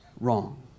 wrong